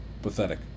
pathetic